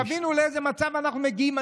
תבינו לאיזה מצב אנחנו מגיעים.